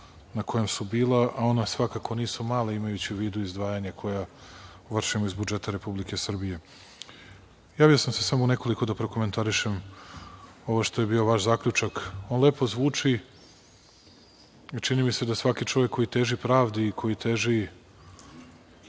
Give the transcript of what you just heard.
na kome su bila, a onda svakako nisu mala, imajući u vidu izdvajanja koja vršimo iz budžeta Republike Srbije. Javio sam se u nekoliko da prokomentarišem ovo što je bio vaš zaključak. On lepo zvuči i čini mi se da svaki čovek koji teži pravdi i koji teži